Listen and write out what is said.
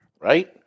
right